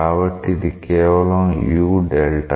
కాబట్టి ఇది కేవలం ut